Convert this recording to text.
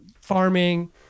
farming